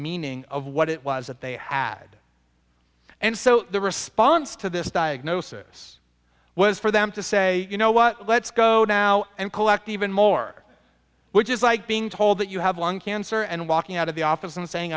meaning of what it was that they had and so the response to this diagnosis was for them to say you know what let's go now and collect even more which is like being told that you have lung cancer and walking out of the office and saying